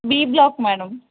B block madam